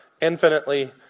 infinitely